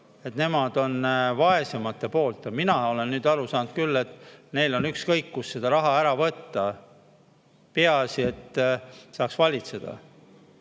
et nemad on vaesemate poolt. Mina olen aga nüüd aru saanud, et neil on ükskõik, kust raha ära võtta. Peaasi, et saaks valitseda.